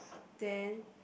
then